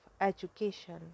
education